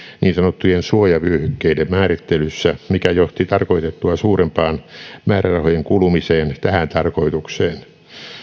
niin sanottujen suojavyöhykkeiden määrittelyssä mikä johti tarkoitettua suurempaan määrärahojen kulumiseen tähän tarkoitukseen